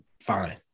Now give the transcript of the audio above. fine